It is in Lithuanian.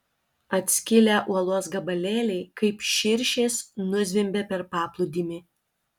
atskilę uolos gabalėliai kaip širšės nuzvimbė per paplūdimį